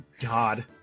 God